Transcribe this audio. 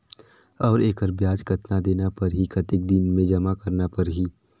और एकर ब्याज कतना देना परही कतेक दिन मे जमा करना परही??